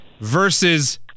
versus